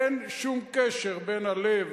אין שום קשר בין הלב